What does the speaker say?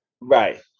right